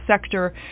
sector